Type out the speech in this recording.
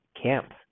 camp